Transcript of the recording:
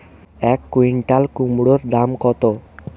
এক কুইন্টাল কুমোড় দাম কত?